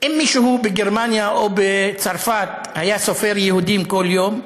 אם מישהו בגרמניה או בצרפת היה סופר יהודים כל יום,